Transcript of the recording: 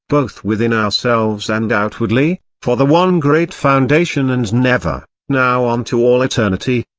both within ourselves and outwardly, for the one great foundation and never, now on to all eternity,